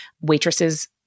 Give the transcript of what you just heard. waitresses